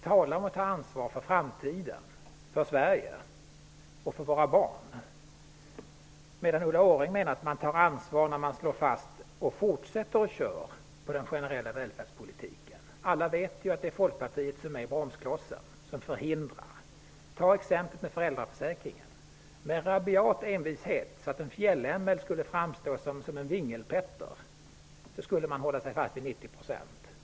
Tala om att ta ansvar för framtiden, för Sverige och för våra barn! Ulla Orring menar att man tar ansvar när man fortsätter att köra med den generella välfärdspolitiken. Alla vet ju att det är Folkpartiet som är bromsklossen, som utgör ett hinder. Ett exempel på detta är föräldraförsäkringen. Med en rabiat envishet, som skulle få en fjällämmel att framstå som en vingelpetter, höll man sig fast vid 90 %.